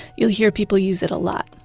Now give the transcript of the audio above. you'll hear people use it a lot.